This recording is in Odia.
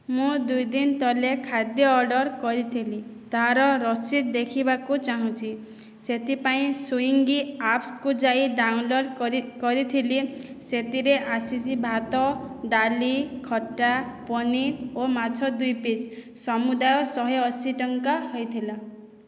ମୁଁ ଦୁଇଦିନ ତଳେ ଖାଦ୍ୟ ଅର୍ଡ଼ର କରିଥିଲି ତାର ରସିଦ ଦେଖିବାକୁ ଚାଁହୁଛି ସେଥିପାଇଁ ସୁଇଁଙ୍ଗ୍ ଆପ୍ସକୁ ଯାଇ ଡାଉନଲଡ଼୍ କରି କରିଥିଲି ସେଥିରେ ଆସିଛି ଭାତ ଡାଲି ଖଟା ପନିର୍ ଓ ମାଛ ଦୁଇପିସ୍ ସମୁଦାୟ ଶହେଅଶୀ ଟଙ୍କା ହୋଇଥିଲା